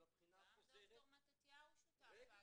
ובבחינה החוזרת --- גם ד"ר מתתיהו שותף.